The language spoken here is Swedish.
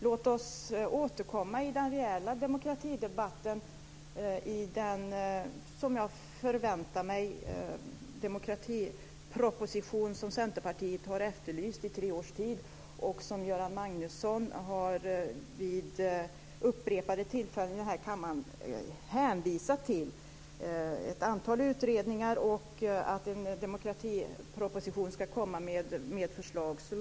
Låt oss återkomma i den reella demokratidebatten i den demokratiproposition som jag förväntar mig och som Centerpartiet har efterlyst i tre års tid. Göran Magnusson har vid upprepade tillfällen i den här kammaren hänvisat till ett antal utredningar och till att en demokratiproposition ska komma med förslag.